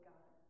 God